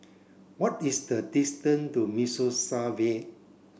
what is the distance to Mimosa Vale